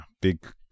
big